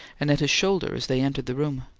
and at his shoulder as they entered the room.